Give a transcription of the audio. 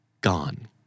gone